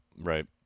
Right